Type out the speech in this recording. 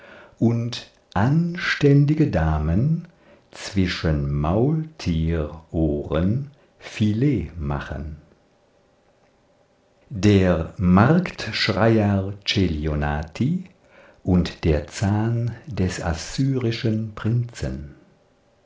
und anständige damen zwischen maultierohren filet machen der marktschreier celionati und der zahn des assyrischen prinzen